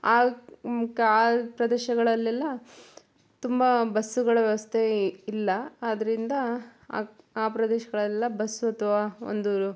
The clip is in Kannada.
ಆ ಆ ಪ್ರದೇಶಗಳಲ್ಲೆಲ್ಲ ತುಂಬ ಬಸ್ಸುಗಳ ವ್ಯವಸ್ಥೆ ಇಲ್ಲ ಆದ್ದರಿಂದ ಆ ಆ ಪ್ರದೇಶಗಳೆಲ್ಲ ಬಸ್ಸು ಅಥವಾ ಒಂದು